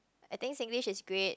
I think Singlish is great